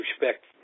respect